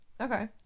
okay